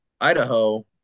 idaho